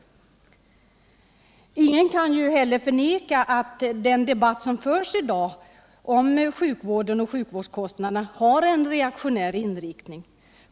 Ingen kan heller förneka att den debatt som förs i dag om sjukvården och sjukvårdskostnaderna har en reaktionär inriktning.